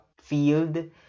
field